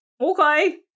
Okay